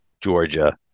Georgia